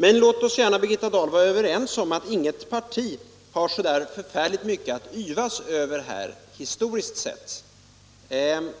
Men låt oss, Birgitta Dahl, vara överens om att inget parti historiskt sett har så förfärligt mycket att yvas över i den här frågan.